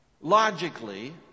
logically